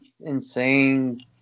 insane